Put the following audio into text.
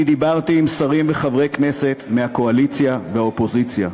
אני דיברתי עם שרים וחברי כנסת מהקואליציה ומהאופוזיציה,